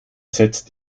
setzt